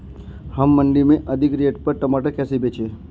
हम मंडी में अधिक रेट पर टमाटर कैसे बेचें?